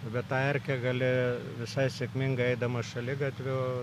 bet tą erkę gali visai sėkmingai eidamas šaligatviu